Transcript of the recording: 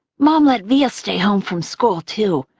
mom let via stay home from school, too,